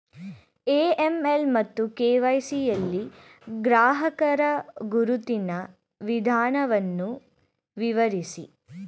AML ಮತ್ತು KYC ಯಲ್ಲಿ ಗ್ರಾಹಕರ ಗುರುತಿನ ವಿಧಾನವನ್ನು ವಿವರಿಸಿ?